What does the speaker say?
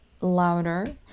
louder